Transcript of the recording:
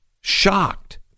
shocked